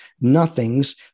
nothings